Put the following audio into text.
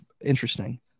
interesting